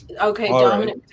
okay